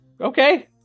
okay